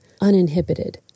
uninhibited